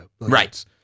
Right